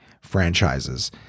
franchises